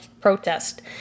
protest